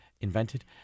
invented